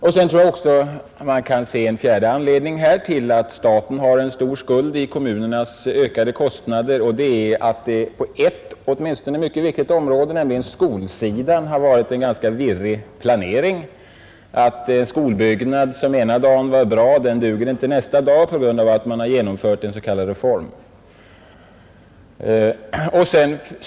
Jag tror också att man kan se en fjärde anledning till att staten har en stor skuld till kommunernas ökade kostnader, och det är att det på åtminstone ett mycket viktigt område, nämligen skolsidan, har varit en ganska virrig central planering. En skolbyggnad som ena dagen var bra duger inte nästa dag på grund av att man genomfört en s.k. reform.